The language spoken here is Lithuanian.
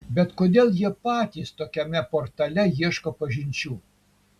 bet kodėl jie patys tokiame portale ieško pažinčių